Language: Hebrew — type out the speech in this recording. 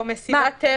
או מסיבת טבע.